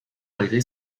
malgré